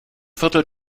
viertel